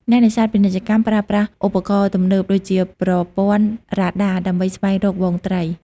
អ្នកនេសាទពាណិជ្ជកម្មប្រើប្រាស់ ឧបករណ៍ទំនើប ដូចជាប្រព័ន្ធរ៉ាដាដើម្បីស្វែងរកហ្វូងត្រី។